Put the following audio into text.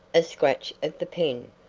a scratch of the pen,